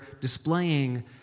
displaying